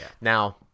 Now